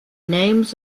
names